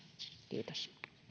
kiitos